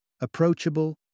approachable